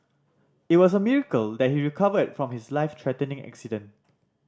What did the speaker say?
it was a miracle that he recovered from his life threatening accident